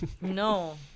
No